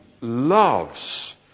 loves